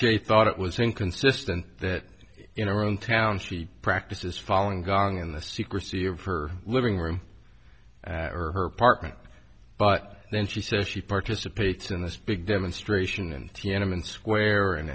j thought it was inconsistent that in our own town she practices following going in the secrecy of her living room or her apartment but then she says she participates in this big demonstration and tiananmen square and